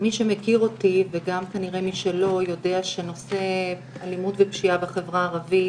מי שמכיר אותי וגם כנראה מי שלא יודע שנושא אלימות ופשיעה בחברה הערבית